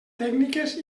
tècniques